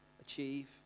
achieve